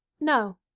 No